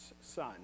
son